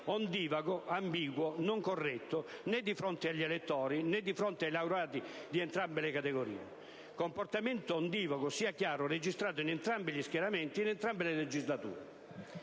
ondivago, ambiguo, non corretto né di fronte agli elettori né di fronte ai laureati di entrambe le categorie. Comportamento ondivago, sia chiaro, registrato in entrambi gli schieramenti, in entrambe le legislature.